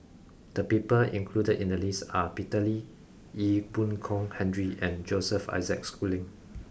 the people included in the list are Peter Lee Ee Boon Kong Henry and Joseph Isaac Schooling